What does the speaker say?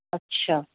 अछा